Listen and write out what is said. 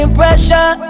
pressure